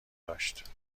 داشت